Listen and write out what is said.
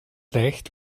leicht